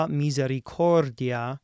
misericordia